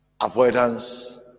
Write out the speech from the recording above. avoidance